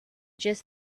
just